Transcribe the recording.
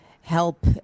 help